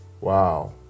Wow